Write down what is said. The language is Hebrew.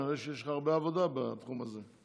נראה שיש לך הרבה עבודה בתחום הזה.